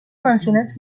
mencionats